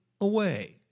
away